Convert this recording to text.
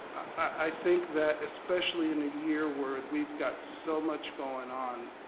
i think that especially in a year where we've got so much goin' on,